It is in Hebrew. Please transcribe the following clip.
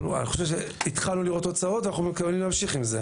אני חושב שהתחלנו לראות תוצאות ואנחנו מתכוונים להמשיך עם זה.